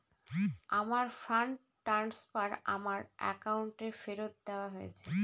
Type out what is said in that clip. আমার fund transfer আমার অ্যাকাউন্টে ফেরত দেওয়া হয়েছে